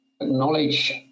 acknowledge